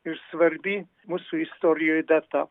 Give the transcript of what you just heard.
ir svarbi mūsų istorijoj data